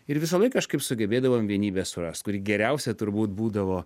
ir visąlaik kažkaip sugebėdavom vienybę surast kuri geriausia turbūt būdavo